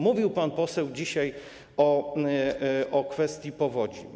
Mówił pan poseł dzisiaj o kwestii powodzi.